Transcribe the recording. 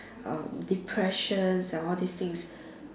uh depressions and all these things